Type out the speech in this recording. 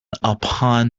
upon